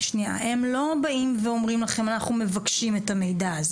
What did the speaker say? הם לא באים ואומרים לכם אנחנו מבקשים את המידע.